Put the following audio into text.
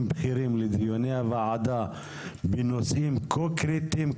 בכירים לדיוני הוועדה בנושאים כה קריטיים,